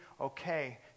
okay